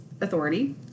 authority